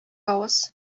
авыз